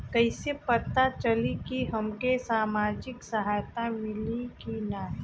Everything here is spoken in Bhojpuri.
कइसे से पता चली की हमके सामाजिक सहायता मिली की ना?